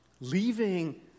leaving